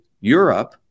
Europe